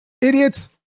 Idiots